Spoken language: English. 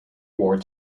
war